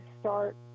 start